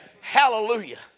Hallelujah